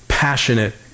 Passionate